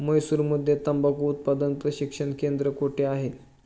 म्हैसूरमध्ये तंबाखू उत्पादन प्रशिक्षण केंद्र कोठे आहे?